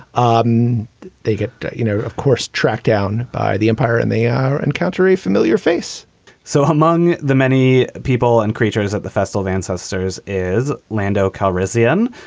um they get, you know, of course, tracked down by the empire and they are encountering a familiar face so among the many people and creatures at the festival of ancestors is lando calrissian,